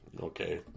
Okay